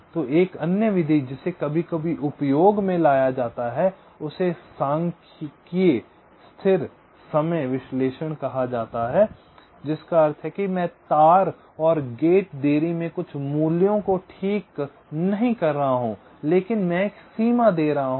और एक अन्य विधि जिसे कभी कभी उपयोग में लाया जाता है उसे सांख्यिकीय स्थिर समय विश्लेषण कहा जाता है जिसका अर्थ है कि मैं तार और गेट देरी में कुछ मूल्यों को ठीक नहीं कर रहा हूं लेकिन मैं एक सीमा दे रहा हूं